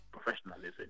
professionalism